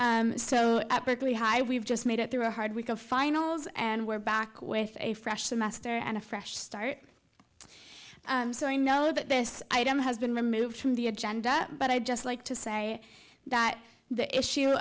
so at berkeley high we've just made it through a hard week of finals and we're back with a fresh master and a fresh start so i know that this item has been removed from the agenda but i'd just like to say that the issue